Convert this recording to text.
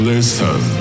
Listen